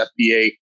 fba